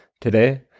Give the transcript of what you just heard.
today